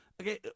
Okay